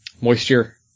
moisture